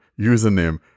username